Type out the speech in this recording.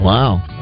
Wow